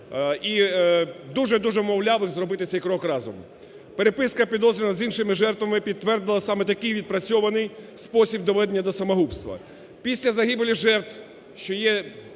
і дуже, дуже вмовляв їх зробити цей крок разом. Переписка підозрюваного з іншими жертвами підтвердила саме такий відпрацьований спосіб доведення до самогубства. Після загибелі жертв, що є